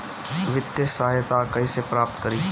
वित्तीय सहायता कइसे प्राप्त करी?